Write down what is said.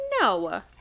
No